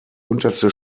unterste